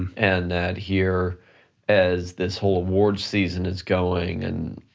and that here as this whole award season is going, and